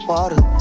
Water